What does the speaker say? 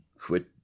quit